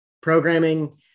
programming